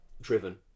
driven